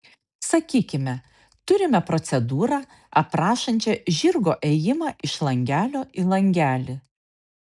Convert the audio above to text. sakykime turime procedūrą aprašančią žirgo ėjimą iš langelio į langelį